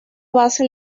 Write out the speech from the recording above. base